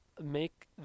make